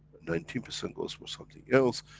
nineteen percent goes for something else,